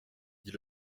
dit